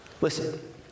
Listen